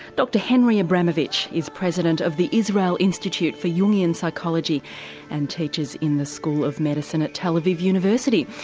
dr henry abramovitch is president of the israel institute for jungian psychology and teaches in the school of medicine at tel aviv university.